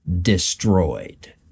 destroyed